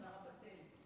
שר הבט"ל.